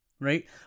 right